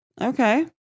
Okay